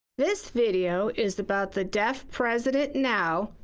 this video is about the deaf president now,